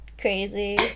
Crazy